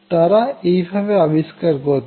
তারা এই ভাবে আবিস্কার করতেন